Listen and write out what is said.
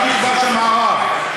כך נכבש המערב,